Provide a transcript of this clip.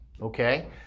Okay